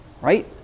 Right